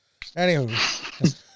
Anywho